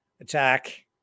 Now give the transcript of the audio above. attack